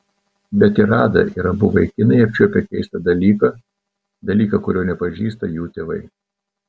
bet ir ada ir abu vaikinai apčiuopę keistą dalyką dalyką kurio nepažįsta jų tėvai